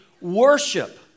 worship